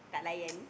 tidak layan